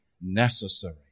necessary